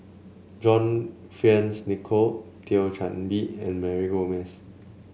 John Fearns Nicoll Thio Chan Bee and Mary Gomes